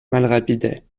malrapide